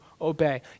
obey